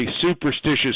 superstitious